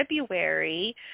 February